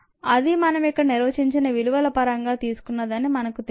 అది మనం ఇక్కడ నిర్వచించిన విలువల పరంగా తీసుకున్నదని మనకు తెలుసు